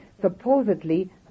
supposedly